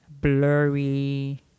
blurry